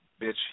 bitch